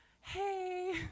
hey